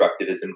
constructivism